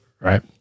right